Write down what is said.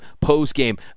post-game